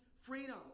freedom